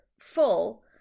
full